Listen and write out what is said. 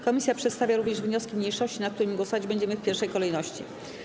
Komisja przedstawia również wnioski mniejszości, nad którymi głosować będziemy w pierwszej kolejności.